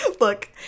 look